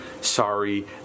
sorry